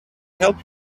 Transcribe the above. help